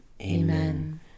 Amen